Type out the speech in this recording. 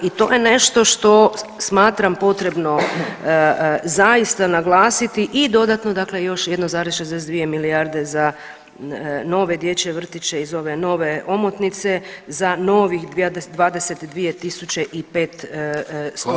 I to je nešto što smatram potrebno zaista naglasiti i dodatno dakle još 1,62 milijarde za nove dječje vrtiće iz ove nove omotnice za novih 22.500 mjesta.